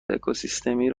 اکوسیستمی